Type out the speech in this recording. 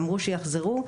אמרו שיחזרו.